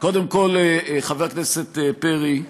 קודם כול, חבר הכנסת פרי,